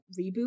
reboot